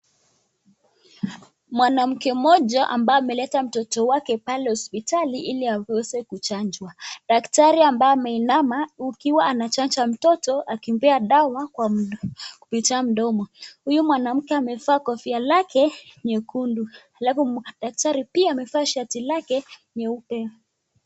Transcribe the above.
Mwanamke mmoja ambaye ameleta mtoto wake pale hospitali hili aweze kuchanjwa. Daktari akiwa anachanja mtoto akiwa anampea dawa kwa mdomo. Huyu mwanamke amevalia kofia lake nyekundu alafu daktari pia amevaa sharti lake jeupe.